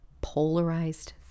polarized